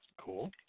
Cool